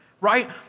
right